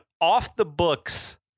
off-the-books